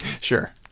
Sure